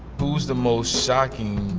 who's the most shocking,